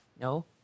No